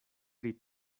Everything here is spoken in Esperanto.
pri